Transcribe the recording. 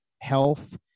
health